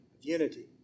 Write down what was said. unity